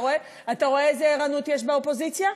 אתה רואה איזו ערנות יש באופוזיציה?